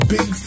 Big